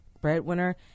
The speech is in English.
breadwinner